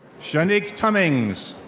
shanique tummings.